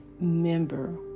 member